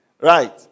Right